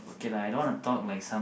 okay lah I don't want to talk like some